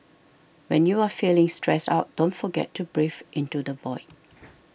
when you are feeling stressed out don't forget to breathe into the void